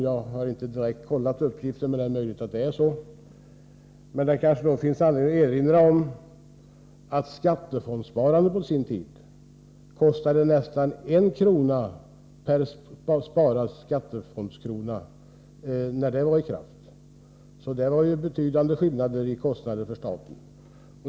Jag har inte direkt kontrollerat den uppgiften — det är möjligt att den är riktig — men det finns då anledning att erinra om att skattefondssparandet när det var i kraft kostade nästan 1 krona per sparad krona. Det rör sig alltså om betydande skillnader i kostnaderna för staten.